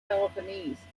peloponnese